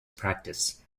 practice